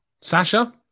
Sasha